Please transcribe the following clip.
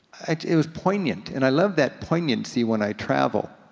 it was poignant. and i love that poignancy when i travel.